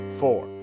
four